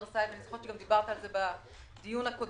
ורסאי ואני גם זוכרת שדיברת על זה בדיון הקודם